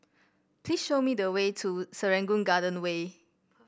please show me the way to Serangoon Garden Way